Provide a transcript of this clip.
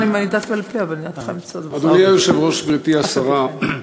אדוני היושב-ראש, גברתי השרה,